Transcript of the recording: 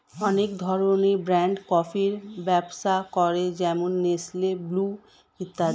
অনেক ধরনের ব্র্যান্ড কফির ব্যবসা করে যেমন নেসলে, ব্রু ইত্যাদি